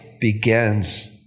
begins